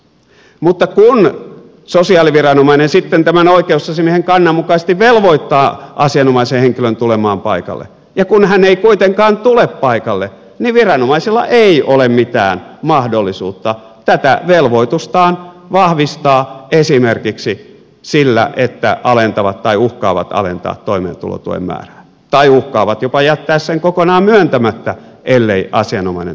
mutta kun sosiaaliviranomainen sitten tämän oikeusasiamiehen kannan mukaisesti velvoittaa asianomaisen henkilön tulemaan paikalle ja kun hän ei kuitenkaan tule paikalle niin viranomaisella ei ole mitään mahdollisuutta tätä velvoitustaan vahvistaa esimerkiksi sillä että alentavat tai uhkaavat alentaa toimeentulotuen määrää tai uhkaavat jopa jättää sen kokonaan myöntämättä ellei asianomainen tule paikalle